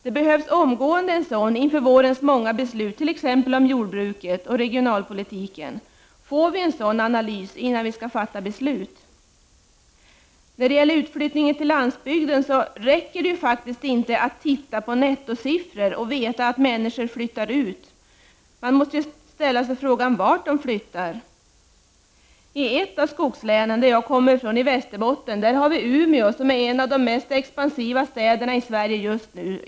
Det behövs omgående en sådan inför vårens många beslut, t.ex. om jordbruket och regionalpolitiken. Får vi en sådan analys innan vi skall fatta beslut? När det gäller utflyttningen till landsbygden räcker det faktiskt inte att titta på nettosiffror och veta att människor flyttar ut. Man måste ställa sig frågan vart de flyttar. I ett av skogslänen, nämligen det jag kommer ifrån — Västerbotten — har vi Umeå, som är en av de mest expansiva städerna i Sverige just nu.